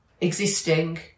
existing